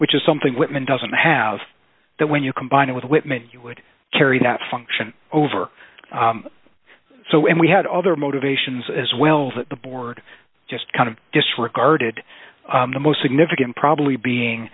which is something whitman doesn't have that when you combine it with whitman you would carry that function over so and we had other motivations as well that the board just kind of disregarded the most significant probably being